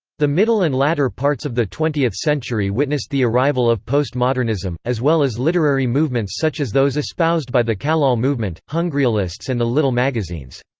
the middle and latter parts of the twentieth century witnessed the arrival of post-modernism, as well as literary movements such as those espoused by the kallol movement, hungryalists and the little magazines.